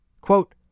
Quote